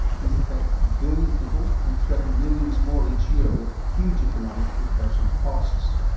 these affect a billion people and threaten millions more each year with huge economic and personal costs.